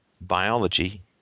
biology